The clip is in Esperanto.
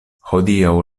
hodiaŭ